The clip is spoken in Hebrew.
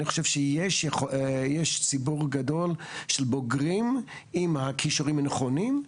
אני חושב שיש ציבור גדול של בוגרים עם הכישורים הנכונים.